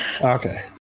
Okay